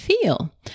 feel